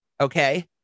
Okay